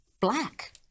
black